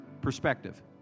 perspective